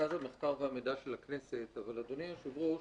מרכז המחקר והמידע של הכנסת, אבל אדוני היושב-ראש,